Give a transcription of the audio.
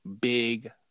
big